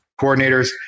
coordinators